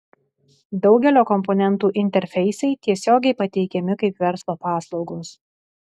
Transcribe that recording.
daugelio komponentų interfeisai tiesiogiai pateikiami kaip verslo paslaugos